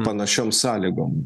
panašiom sąlygom